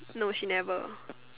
no she never